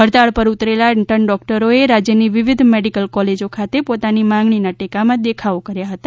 હડતાળ ઉપર ઉતરેલા ઇન્ટર્ન ડોકટરો એ રાજ્યની વિવિધ મેડિકલ કોલેજ ખાતે પોતાની માગણીના ટેકમાં દેખાવો કર્યા હતા